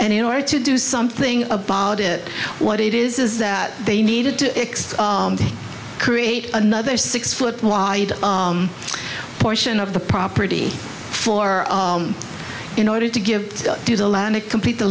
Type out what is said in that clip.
and in order to do something about it what it is is that they needed to x create another six foot wide portion of the property four in order to give to the land they complete the